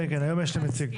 כן, כן, היום יש להם נציג.